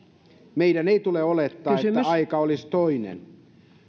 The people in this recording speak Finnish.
meidän ei tule olettaa että aika olisi toinen